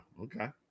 okay